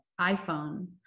iPhone